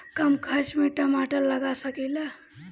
कम खर्च में टमाटर लगा सकीला?